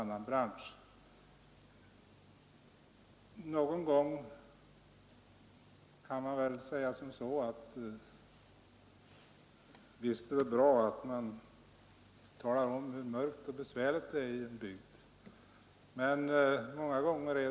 Någon gång kan man önska att det inte målades alltför mörkt och besvärligt om en bygd.